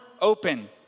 open